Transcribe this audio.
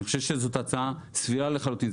אני חושב שזאת הצעה סבירה לחלוטין.